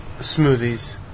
Smoothies